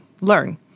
learn